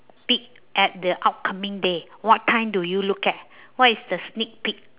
peek at the upcoming day what time do you look at what is the sneak peek